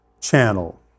channel